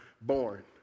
Born